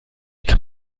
kann